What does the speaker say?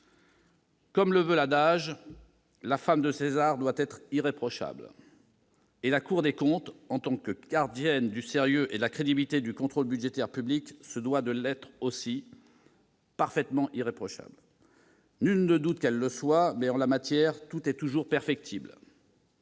Comme le veut l'adage, « la femme de César doit être irréprochable », et la Cour des comptes, en tant que gardienne du sérieux et de la crédibilité du contrôle budgétaire public, se doit d'être, elle aussi, parfaitement irréprochable. Nul ne doute qu'elle le soit, mais en la matière, tout est toujours perfectible